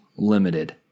Limited